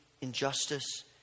injustice